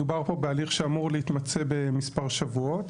מדובר פה בהליך שאמור להתמצות במספר שבועות.